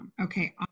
Okay